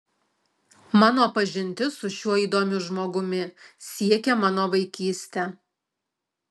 mano pažintis su šiuo įdomiu žmogumi siekia mano vaikystę